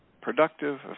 productive